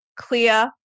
clear